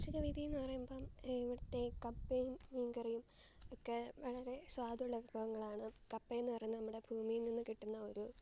പാചക വിധീന്ന് പറയുമ്പം ഇവിടുത്തെ കപ്പേം മീൻ കറിയും ഒക്കെ വളരെ സ്വാദുള്ള വിഭവങ്ങളാണ് കപ്പേന്ന് പറയുന്നത് നമ്മുടെ ഭൂമിയിൽ നിന്ന് കിട്ടുന്ന ഒരു